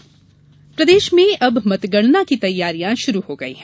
मतगणना तैयारी प्रदेश में अब मतगणना की तैयारियां शुरू हो गई है